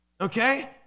okay